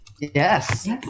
yes